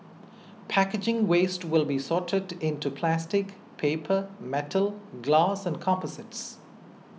packaging waste will be sorted into plastic paper metal glass and composites